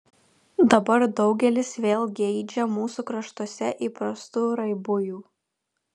dabar daugelis vėl geidžia mūsų kraštuose įprastų raibųjų